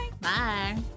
Bye